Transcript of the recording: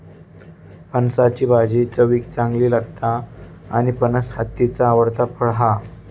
फणसाची भाजी चवीक चांगली लागता आणि फणस हत्तीचा आवडता फळ हा